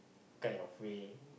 kind of way